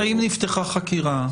האם נפתחה חקירה,